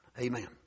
Amen